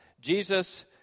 Jesus